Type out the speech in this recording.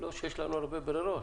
לא שיש לנו הרבה ברירות,